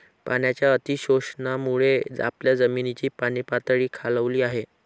पाण्याच्या अतिशोषणामुळे आपल्या जमिनीची पाणीपातळी खालावली आहे